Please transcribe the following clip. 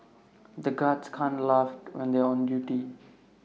the guards can't laugh when they are on duty